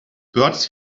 birds